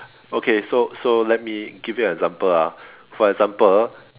okay so so let me give you an example ah for example